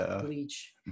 Bleach